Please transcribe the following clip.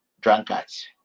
drunkards